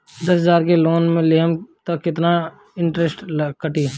दस हजार के लोन लेहम त कितना इनट्रेस कटी?